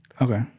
Okay